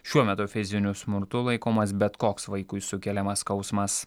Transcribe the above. šiuo metu fiziniu smurtu laikomas bet koks vaikui sukeliamas skausmas